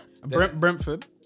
Brentford